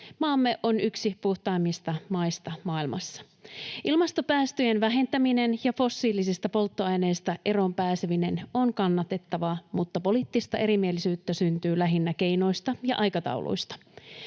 Maamme on yksi puhtaimmista maista maailmassa. Ilmastopäästöjen vähentäminen ja fossiilisista polttoaineista eroon pääseminen on kannatettavaa, mutta poliittista erimielisyyttä syntyy lähinnä keinoista ja aikatauluista.